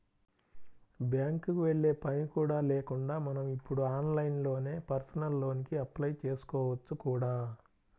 బ్యాంకుకి వెళ్ళే పని కూడా లేకుండా మనం ఇప్పుడు ఆన్లైన్లోనే పర్సనల్ లోన్ కి అప్లై చేసుకోవచ్చు కూడా